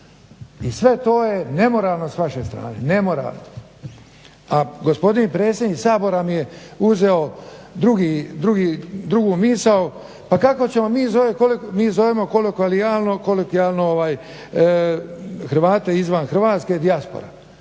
i sve to je nemoralno s vaše strane, nemoralno. A gospodin predsjednik Sabora mi je uzeo drugu misao, pa kako ćemo mi iz ove kolegijale, mi je zovemo kolegijalno Hrvate izvan Hrvatske dijaspora.